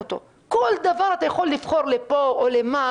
כל דבר אתה יכול לבחור לפה או לשם,